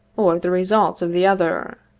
or the results of the other.